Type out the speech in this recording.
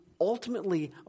ultimately